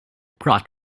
plot